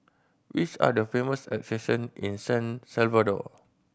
which are the famous attraction in San Salvador